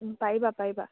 পাৰিবা পাৰিবা